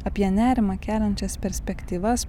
apie nerimą keliančias perspektyvas